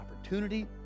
opportunity